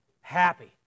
happy